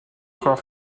avoir